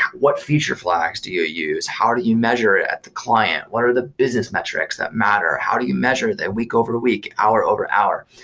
what feature flags do you use? how do you measure it at the client? what are the business metrics that matter? how do you measure week over week, hour over hour?